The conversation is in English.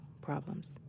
problems